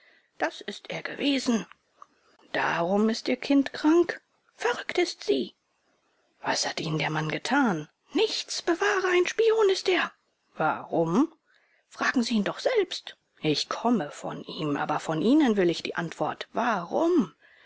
das ist er gewesen darum ist ihr kind krank verrückt ist sie was hat ihnen der mann getan nichts bewahre ein spion ist er warum fragen sie ihn doch selbst ich komme von ihm aber von ihnen will ich die antwort warum